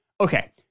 Okay